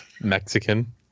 mexican